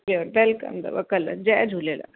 जी welcome अथव कल्ह जयझूलेलाल